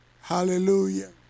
hallelujah